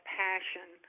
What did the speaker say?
passion